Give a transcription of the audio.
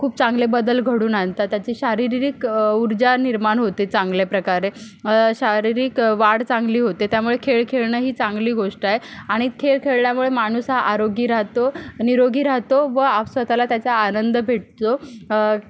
खूप चांगले बदल घडून आणता त्याचे शारीरिरिक ऊर्जा निर्माण होते चांगल्या प्रकारे शारीरिक वाढ चांगली होते त्यामुळे खेळ खेळणं ही चांगली गोष्ट आहे आणि खेळ खेळल्यामुळे माणूस हा आरोगी राहतो निरोगी राहतो व स्वतःला त्याचा आनंद भेटतो